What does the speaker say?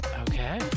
Okay